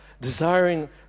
desiring